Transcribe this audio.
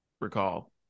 recall